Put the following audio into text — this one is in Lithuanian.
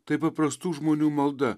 tai paprastų žmonių malda